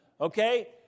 okay